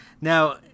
now